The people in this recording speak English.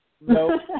No